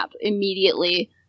immediately